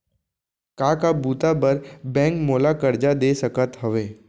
का का बुता बर बैंक मोला करजा दे सकत हवे?